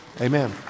Amen